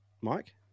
Mike